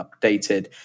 updated